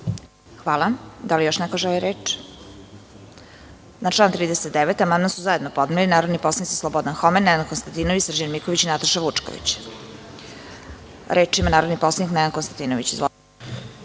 Kovač** Da li još neko želi reč? Na član 39. amandman su zajedno podneli narodni poslanici Slobodan Homen, Nenad Konstantinović, Srđan Miković i Nataša Vučković. Reč ima narodni poslanik Nenad Konstantinović. **Nenad